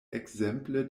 ekzemple